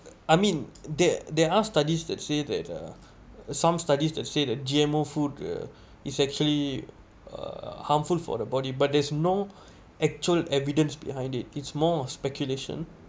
I mean there there are studies that say that uh some studies that say the G_M_O food is actually uh harmful for the body but there's no actual evidence behind it it's more on speculation